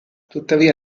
tuttavia